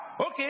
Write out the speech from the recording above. Okay